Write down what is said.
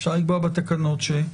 אפשר לקבוע בתקנות ש-?